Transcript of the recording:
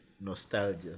nostalgia